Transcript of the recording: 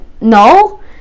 no